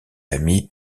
amie